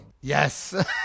Yes